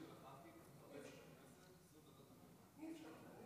ותעבור לוועדת חוץ וביטחון להכנתה לקריאה שנייה וקריאה